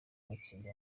watsinze